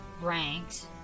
ranks